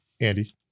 Andy